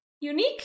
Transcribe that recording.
unique